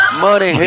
Money